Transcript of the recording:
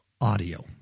audio